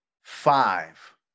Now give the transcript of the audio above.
five